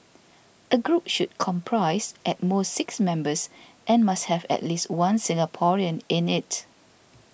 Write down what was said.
a group should comprise at most six members and must have at least one Singaporean in it